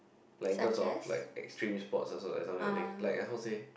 like in terms of like extreme sports also like something I think like how say